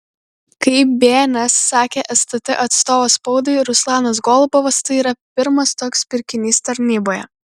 kaip bns sakė stt atstovas spaudai ruslanas golubovas tai yra pirmas toks pirkinys tarnyboje